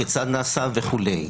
כיצד נעשה וכו'.